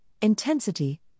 intensity